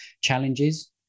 challenges